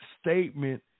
statement